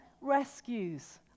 rescues